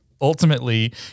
ultimately